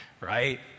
Right